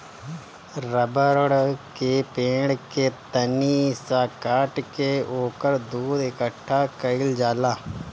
रबड़ के पेड़ के तनी सा काट के ओकर दूध इकट्ठा कइल जाला